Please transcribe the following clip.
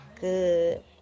Good